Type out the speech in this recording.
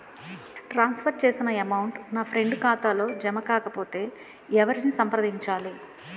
ట్రాన్స్ for చేసిన amount నా friend ఖాతాలో జమ కాకపొతే ఎవరిని సంప్రదించాలి?